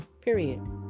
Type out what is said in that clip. period